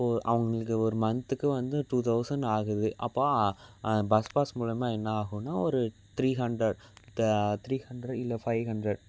இப்போது அவங்களுக்கு ஒரு மந்த்துக்கு வந்து டூ தௌசண்ட் ஆகுது அப்போ பஸ் பாஸ் மூலிமா என்ன ஆகுன்னால் ஒரு த்ரீ ஹண்ட்ரேட் தா த்ரீ ஹண்ட்ரேட் இல்லை ஃபைவ் ஹண்ட்ரேட்